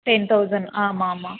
ten thousand ஆமாம் ஆமாம்